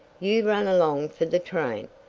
you run along for the train.